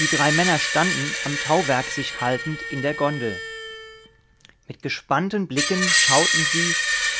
die drei männer standen am tauwerk sich haltend in der gondel mit gespannten blicken schauten sie